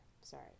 Sorry